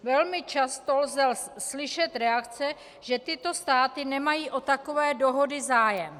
Velmi často lze slyšet reakce, že tyto státy nemají o takové dohody zájem.